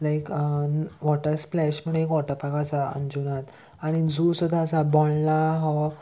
लायक water splash म्हणून एक waterpark आसा अंजुना आनी झू सुद्दां आसा बोंडला हो